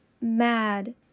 mad